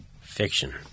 Fiction